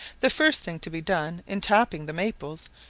the first thing to be done in tapping the maples,